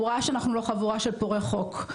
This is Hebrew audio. הוא ראה שאנחנו לא חבורה של פורעי חוק.